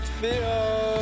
feel